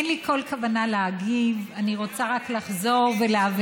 אני מבקש להתחלף עם יעל, כדי שתוכל לענות.